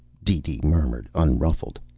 deedee murmured, unruffled.